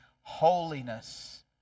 holiness